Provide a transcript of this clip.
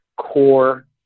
core